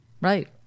Right